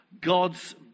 God's